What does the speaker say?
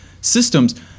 systems